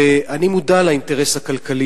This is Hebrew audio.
ואני מודע לאינטרס הכלכלי,